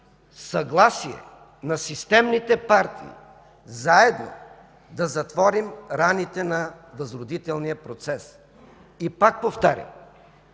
съгласие на системните партии заедно да затворим раните на Възродителния процес. И пак повтарям,